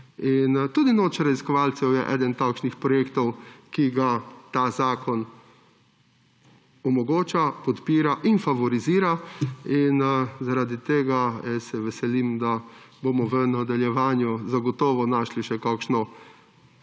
tudi noč raziskovalcev je eden takšnih projektov, ki ga ta zakon omogoča, podpira in favorizira. Zaradi tega se veselim, da bomo v nadaljevanju zagotovo našli še kakšno